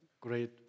great